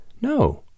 No